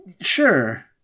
Sure